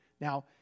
Now